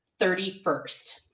31st